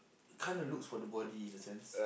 kind of looks for the body in a sense